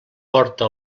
porta